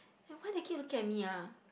eh why they keep looking at me ah